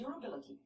durability